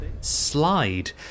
slide